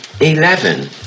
eleven